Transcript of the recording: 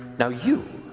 now you,